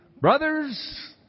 brothers